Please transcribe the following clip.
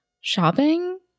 Shopping